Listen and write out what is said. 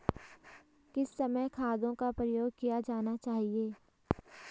किस समय खादों का प्रयोग किया जाना चाहिए?